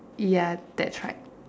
ya that's right